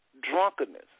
drunkenness